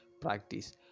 practice